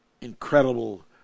incredible